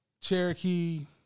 Cherokee